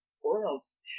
Orioles –